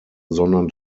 sondern